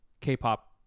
K-pop